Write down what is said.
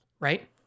right